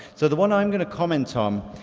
so the one i'm going to comment um